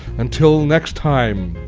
until next time,